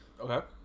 Okay